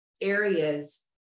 areas